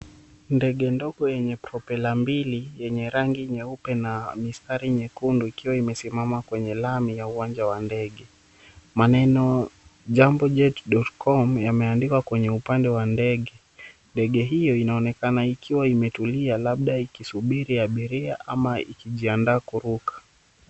Ndege ndogo yenye propela mbili, yenye rangi nyeupe na mistari nyekundu, ikiwa imesimama kwenye lami ya uwanja wa ndege. Maneno jambo jet.com yameandikwa kwenye upande wa ndege. Ndege hiyo inaonekana ikiwa imetulia, labda ikisubiri abiria ama ikijiandaa kuruka.